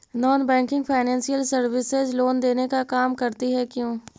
Non banking financial services loan देने का काम करती है क्यू?